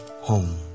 home